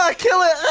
like kill it!